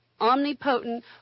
omnipotent